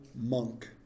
Monk